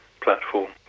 platform